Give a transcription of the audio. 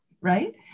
right